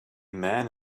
man